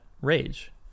Rage